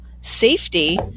safety